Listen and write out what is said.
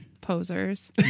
Posers